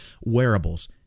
wearables